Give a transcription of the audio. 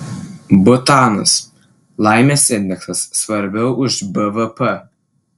butanas laimės indeksas svarbiau už bvp